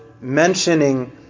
mentioning